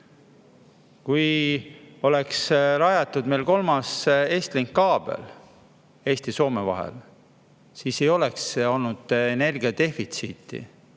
meil oleks rajatud kolmas Estlinki kaabel Eesti ja Soome vahele, siis ei oleks olnud energia defitsiiti